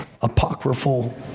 apocryphal